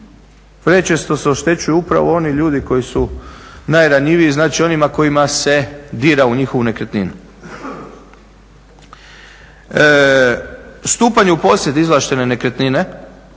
prečesto se oštećuju upravo oni ljudi koji su najranjiviji, znači onima kojima se dira u njihovu nekretninu. Stupanj u posjed izvlaštene nekretnine,